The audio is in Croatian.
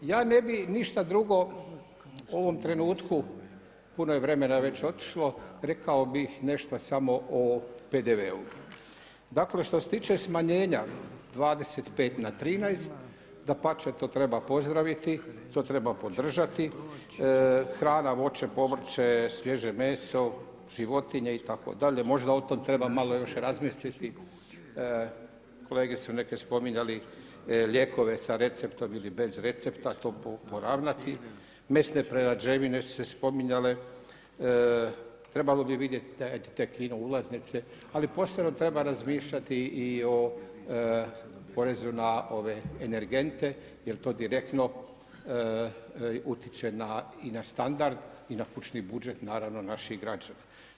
Ja ne bih ništa drugo u ovom trenutku, puno je vremena već otišlo, rekao bih nešto samo o PDV-u. dakle što se tiče smanjenja 25 na 13, dapače to treba pozdraviti, to treba podržati, hrana, voće, povrće, svježe meso, životinje itd. možda o tom treba malo još razmisliti, kolege su neki spominjali lijekove sa receptom ili bez recepta, to poravnati, mesne prerađevine su se spominjale, trebalo bi vidjeti te kino ulaznice, ali posebno treba razmišljati i o porezu na energente jer to direktno utječe i na standard i na kućni budžet naših građana.